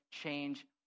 change